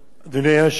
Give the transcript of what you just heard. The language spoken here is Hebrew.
כנסת נכבדה,